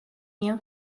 you